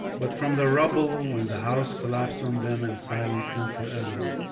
but from the rubble when the house collapsed on them and silenced them forever.